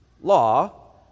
law